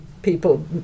people